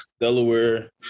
Delaware